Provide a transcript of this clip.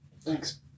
thanks